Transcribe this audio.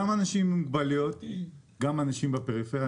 גם אנשים עם מוגבלויות וגם אנשים בפריפריה.